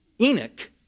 Enoch